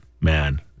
man